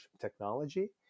Technology